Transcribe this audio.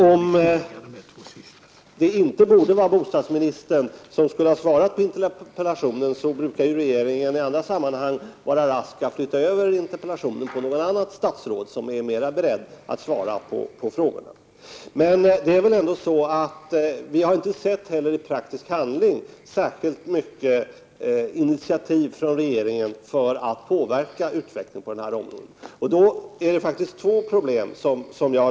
Om det inte borde ha varit bostadsministern som skulle ha svarat på interpellationen borde väl regeringen ha gjort som den brukar göra, nämligen att raskt överlämna interpellationen till något annat statsråd som är mer beredd att svara på den. Vi har emellertid inte sett att regeringen i praktisk handling har tagit särskilt många initiativ för att påverka utvecklingen på detta område. I detta sammanhang har jag tagit upp två problem.